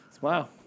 Wow